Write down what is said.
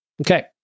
Okay